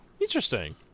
interesting